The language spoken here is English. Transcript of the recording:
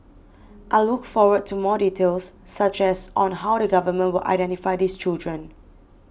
I look forward to more details such as on how the government will identify these children